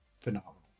phenomenal